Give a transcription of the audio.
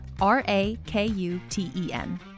R-A-K-U-T-E-N